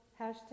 hashtag